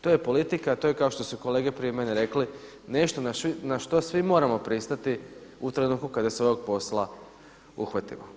To je politika, to je kao što su kolege prije mene rekli, nešto na što svi moramo pristati u trenutku kada se ovog posla uhvatimo.